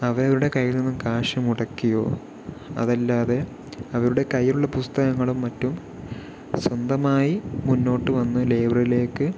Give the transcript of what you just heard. അവരുടെ കയ്യിൽ നിന്ന് കാശ് മുടക്കിയോ അതല്ലാതെ അവരുടെ കയ്യിലുള്ള പുസ്തകങ്ങളും മറ്റും സ്വന്തമായി മുന്നോട്ട് വന്ന് ലൈബ്രറിയിലേക്ക്